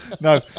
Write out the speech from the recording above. no